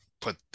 put